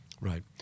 Right